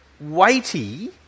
Weighty